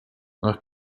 nach